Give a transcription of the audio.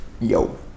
yo